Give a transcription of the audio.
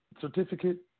certificate